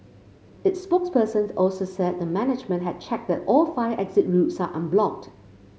its spokesperson also said the management had checked that all fire exit routes are unblocked